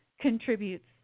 contributes